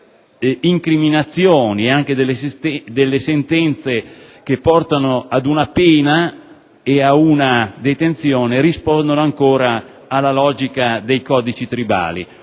incriminazioni e delle sentenze che portano ad una pena e ad una detenzione risponde ancora alla logica dei codici tribali.